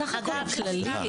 בסך הכל הכללי --- סליחה,